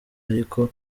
ariko